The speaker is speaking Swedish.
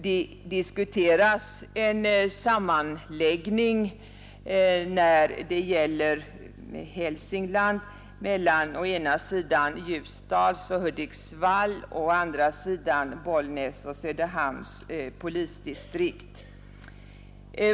Det diskuteras en sammanläggning i Hälsingland mellan å ena sidan Ljusdals och Hudiksvalls och å andra sidan Bollnäs och Söderhamns polisdistrikt.